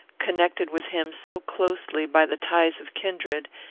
connected with him so closely by the ties of kindred,